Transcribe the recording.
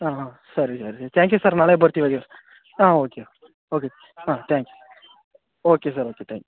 ಹಾಂ ಹಾಂ ಸರಿ ಸರಿ ತ್ಯಾಂಕ್ ಯು ಸರ್ ನಾಳೆ ಬರ್ತೀವಿ ಹಾಗಿದ್ರೆ ಹಾಂ ಓಕೆ ಓಕೆ ಓಕೆ ಹಾಂ thank you okay sir okay thank you